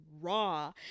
raw